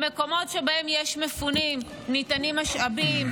במקומות שבהם יש מפונים ניתנים משאבים,